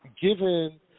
given